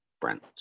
Brent